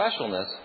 specialness